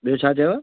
ॿियो छा चयो